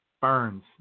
burns